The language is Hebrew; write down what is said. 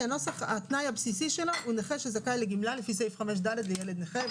כי התנאי הבסיסי של הנוסח הוא נכה שזכאי לגמלה לפי סעיף 5(ד) לילד נכה,